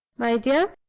my dear!